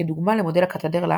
כדוגמה למודל הקתדרלה